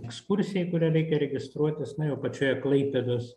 ekskursija į kurią reikia registruotis na jau pačioje klaipėdos